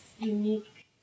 unique